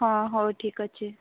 ହଁ ହଉ ଠିକ୍ ଅଛି